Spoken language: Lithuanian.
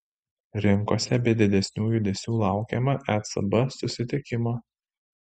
rinkose be didesnių judesių laukiama ecb susitikimo